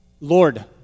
Lord